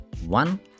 one